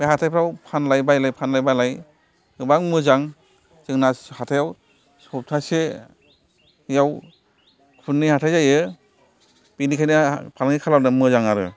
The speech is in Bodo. बे हाथाइफ्राव फानलाय बायलाय फानलाय बायलाय गोबां मोजां जोंना हाथायाव सप्तासेयाव खननै हाथाइ जायो बेनिखायनो फालांगि खालामनो मोजां आरो